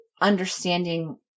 understanding